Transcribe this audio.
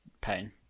pain